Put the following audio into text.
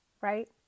right